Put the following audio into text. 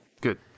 Good